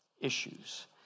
issues